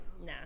Nah